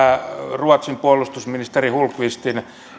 ruotsin puolustusministeri hultqvistin